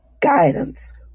guidance